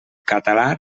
català